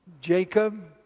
Jacob